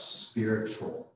spiritual